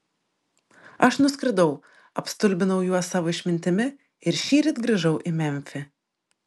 aš nuskridau apstulbinau juos savo išmintimi ir šįryt grįžau į memfį